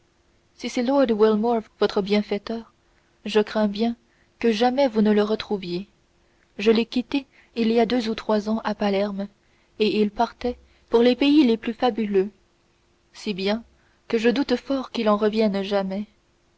si c'est lord wilmore votre bienfaiteur je crains bien que jamais vous ne le retrouviez je l'ai quitté il y a deux ou trois ans à palerme et il partait pour les pays les plus fabuleux si bien que je doute fort qu'il en revienne jamais